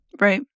Right